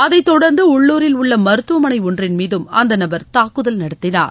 அதைத் தொடர்ந்து உள்ளூரில் உள்ள மருத்துவமனை ஒன்றின் மீதும் அந்த நபர் தாக்குதல் நடத்தினார்